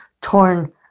torn